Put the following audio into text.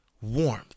warmth